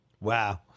Wow